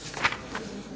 Hvala.